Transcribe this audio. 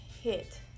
hit